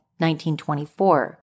1924